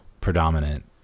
predominant